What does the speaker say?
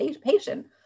patient